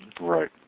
Right